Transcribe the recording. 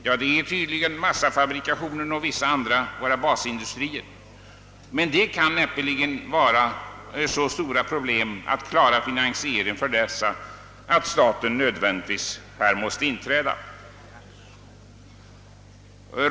Tydligen är det massafabrikationen och vissa andra av våra basindustrier, men det kan näppeligen vara ett så stort problem att klara finansieringen av dessa, att staten nödvändigtvis här måste inträda.